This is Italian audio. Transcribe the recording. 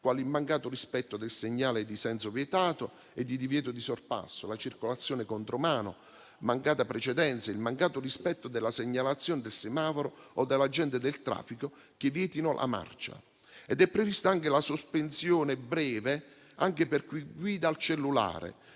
quali il mancato rispetto del segnale di senso vietato e di divieto di sorpasso, la circolazione contromano, la mancata precedenza, il mancato rispetto della segnalazione del semaforo o dell'agente del traffico che vietino la marcia; è anche prevista la sospensione breve per chi guida guardando il cellulare.